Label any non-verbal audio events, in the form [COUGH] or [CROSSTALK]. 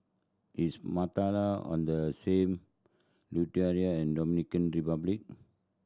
is [UNINTELLIGIBLE] on the same [UNINTELLIGIBLE] and Dominican Republic